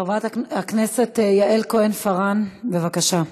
חברת הכנסת יעל כהן-פארן, בבקשה.